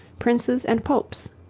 princes, and popes.